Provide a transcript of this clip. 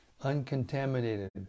uncontaminated